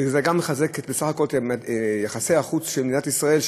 ובסך הכול זה מחזק את יחסי החוץ של מדינת ישראל.